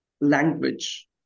language